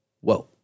whoa